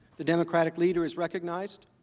the the majority leaders recognized